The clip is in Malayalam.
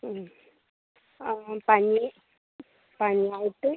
മ് ആ ആ പനി പനി ആയിട്ട്